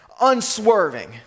unswerving